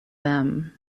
them